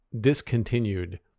discontinued